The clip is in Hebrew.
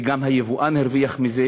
וגם היבואן הרוויח מזה,